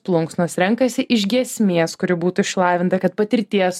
plunksnos renkasi iš giesmės kuri būtų išlavinta kad patirties